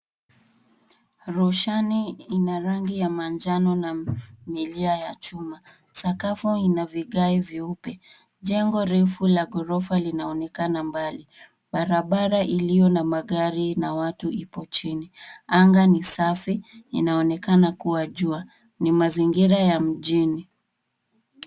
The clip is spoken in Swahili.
Roshani ina rangi ya manjano na milia ya chuma. Sakafu ina vigae vyeupe. Jengo refu la ghorofa linaonekana mbali. Barabara iliyo na magari ina watu hapo chini. Anga ni safi. Inaonekana kuwa jua. Ni mazingira ya mjini.